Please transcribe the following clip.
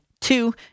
two